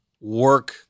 work